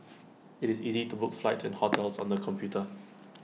IT is easy to book flights and hotels on the computer